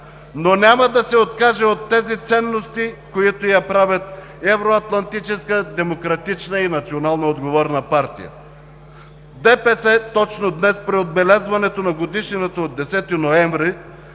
но няма да се откаже от тези ценности, които я правят евроатлантическа, демократична и национално отговорна партия. ДПС точно днес, при отбелязването на годишнината от 10 ноември,